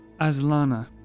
Aslana